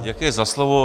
Děkuji za slovo.